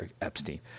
Epstein